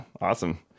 Awesome